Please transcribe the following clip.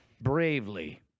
bravely